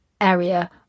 area